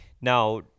Now